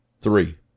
Three